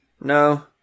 No